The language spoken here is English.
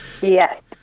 yes